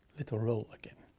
little roll again.